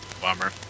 bummer